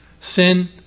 Sin